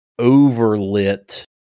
overlit